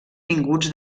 vinguts